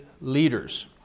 leaders